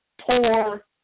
poor